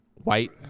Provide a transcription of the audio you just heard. white